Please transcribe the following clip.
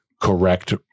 correct